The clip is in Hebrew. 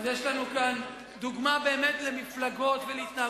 יש לנו כאן דוגמה למפלגות ולהתנהגות פוליטית,